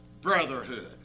brotherhood